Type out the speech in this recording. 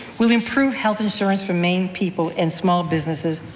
will improve health insurance for maine people and small businesses,